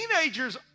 teenagers